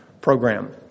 program